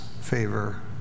favor